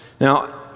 Now